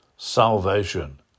Salvation